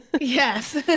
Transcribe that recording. Yes